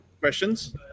questions